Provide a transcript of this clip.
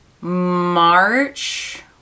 March